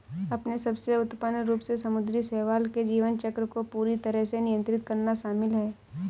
अपने सबसे उन्नत रूप में समुद्री शैवाल के जीवन चक्र को पूरी तरह से नियंत्रित करना शामिल है